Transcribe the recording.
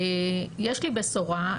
יש לי בשורה,